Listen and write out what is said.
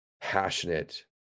passionate